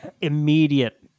immediate